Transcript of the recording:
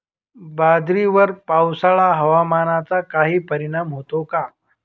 बाजरीवर पावसाळा हवामानाचा काही परिणाम होतो का?